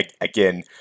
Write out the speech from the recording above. again